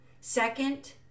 Second